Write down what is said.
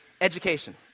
Education